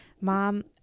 Mom